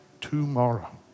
tomorrow